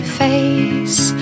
face